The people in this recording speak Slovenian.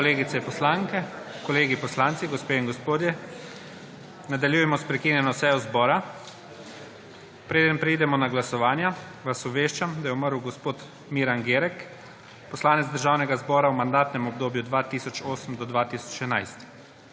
kolegice poslanke, kolegi poslanci, gospe in gospodje! Nadaljujemo s prekinjeno sejo zbor. Preden preidemo na glasovanja, vas obveščam, da je umrl gospod Miran Györek, poslanec Državnega zbora v mandatnem obdobju 2008 do 2011.